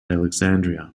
alexandria